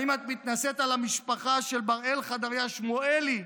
האם את מתנשאת על המשפחה של בראל חדריה שמואלי,